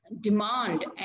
demand